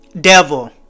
devil